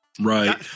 Right